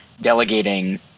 delegating